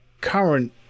current